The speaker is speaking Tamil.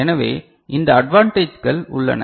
எனவே இந்த அட்வான்டேஜ்கள் உள்ளன